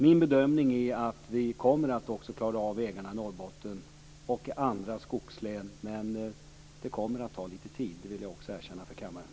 Min bedömning är att vi också kommer att klara av vägarna i Norrbotten och i andra skogslän. Men det kommer att ta lite tid. Det vill jag också erkänna för kammaren.